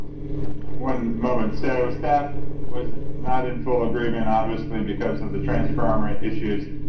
one moment. so staff was not in full agreement, obviously because of the transformer issues.